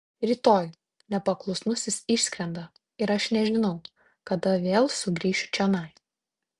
rytoj nepaklusnusis išskrenda ir aš nežinau kada vėl sugrįšiu čionai